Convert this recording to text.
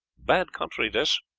bad country dis.